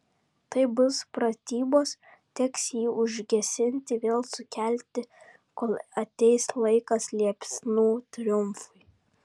tai bus pratybos teks jį užgesinti vėl sukelti kol ateis laikas liepsnų triumfui